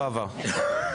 לא עבר.